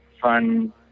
fun